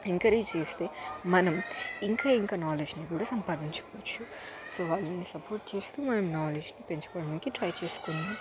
encourage చేస్తే మనం ఇంకా ఇంకా నాలెడ్జిని కూడా సంపాదించుకోవచ్చు సో వాళ్ళని సపోర్ట్ చేస్తూ మనం నాలెడ్జిని పెంచుకోడానికి ట్రై చేసుకుందాము